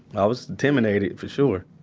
i was intimidated for sure.